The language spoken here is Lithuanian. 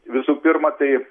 visų pirma tai